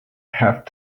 have